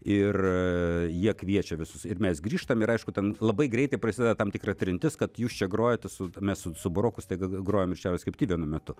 ir jie kviečia visus ir mes grįžtam ir aišku ten labai greitai prasideda tam tikra trintis kad jūs čia grojate su mes su su buroku grojom ir šiaurės krypty vienu metu